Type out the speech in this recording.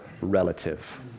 relative